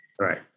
Right